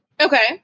Okay